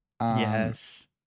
Yes